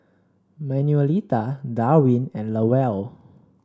Manuelita Darwin and Lowell